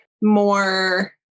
more